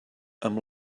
amb